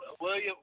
William